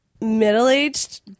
middle-aged